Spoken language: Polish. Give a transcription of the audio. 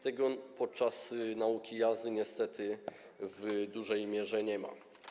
Tego podczas nauki jazdy niestety w dużej mierze nie ma.